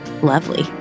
lovely